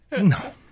No